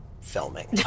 filming